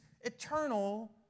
eternal